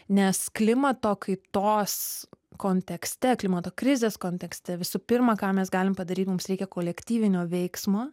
nes klimato kaitos kontekste klimato krizės kontekste visų pirma ką mes galim padaryt mums reikia kolektyvinio veiksmo